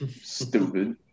Stupid